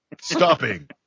Stopping